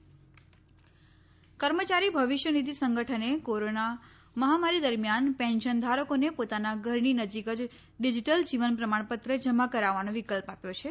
કર્મચારી ભવિષ્ય નિધિ સંગઠન કર્મચારી ભવિષ્ય નિધિ સંગઠને કોરોના મહામારી દરમિયાન પેન્શન ધારકોને પોતાના ઘરની નજીક જ ડિજીટલ જીવન પ્રમાણપત્ર જમા કરાવવાનો વિકલ્પ આપ્યો છે